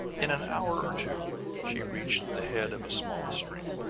in an hour or two she reached the head of a small stream.